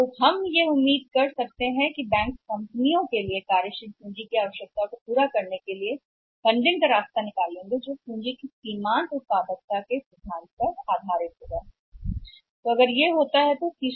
इसलिए हम उम्मीद कर सकते हैं कि जल्द ही बैंक काम पूरा करने के लिए धन के रास्ते का सहारा ले सकते हैं सीमांत के सिद्धांत पर कंपनियों की कार्यशील पूंजी की आवश्यकता पूंजी की उत्पादकता